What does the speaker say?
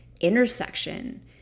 intersection